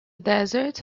desert